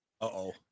Uh-oh